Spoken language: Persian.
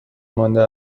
مانده